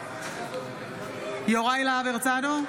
נוכח יוראי להב הרצנו,